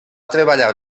treballar